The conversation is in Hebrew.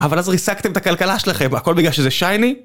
אבל אז ריסקתם את הכלכלה שלכם, הכל בגלל שזה שייני?